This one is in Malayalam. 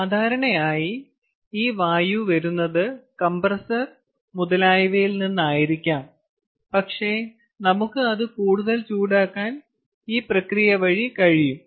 സാധാരണയായി ഈ വായു വരുന്നത് കംപ്രസർ മുതലായവയിൽ നിന്നായിരിക്കാം പക്ഷേ നമുക്ക് അത് കൂടുതൽ ചൂടാക്കാൻ ഈ പ്രക്രിയ വഴി കഴിയും